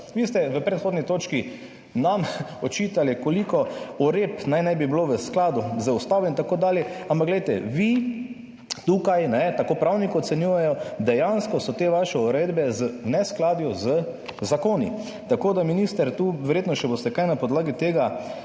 Vi ste v predhodni točki nam očitali, koliko uredb naj ne bi bilo v skladu z ustavo in tako dalje, ampak glejte, tako pravniki ocenjujejo, dejansko so te vaše uredbe v neskladju z zakoni. Tako da boste, minister, verjetno na podlagi tega